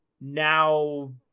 now